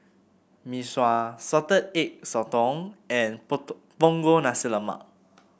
Mee Sua Salted Egg Sotong and Punggol Nasi Lemak